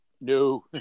no